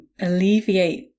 alleviate